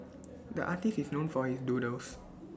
the artist is known for his doodles